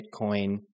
Bitcoin